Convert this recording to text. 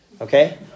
okay